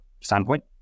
standpoint